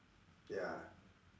ya